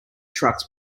trucks